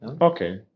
Okay